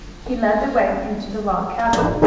he led the way into the log-cabin.